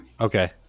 Okay